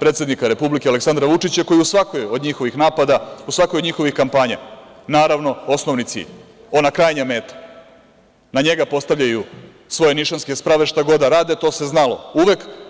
predsednika republike Aleksandra Vučića koji je u svakom od njihovih napada, u svakoj od njihovih kampanja, naravno, osnovni cilj, ona krajnja meta, na njega postavljaju svoje nišanske sprave šta god da rade, to se znalo uvek.